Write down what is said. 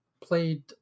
played